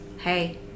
hey